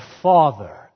father